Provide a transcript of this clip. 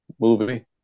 movie